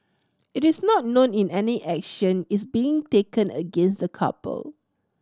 it is not known in any action is being taken against the couple